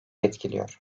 etkiliyor